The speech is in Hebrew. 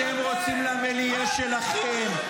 אתם רוצים למיליה שלכם,